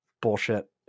bullshit